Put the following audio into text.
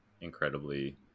incredibly